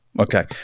Okay